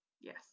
Yes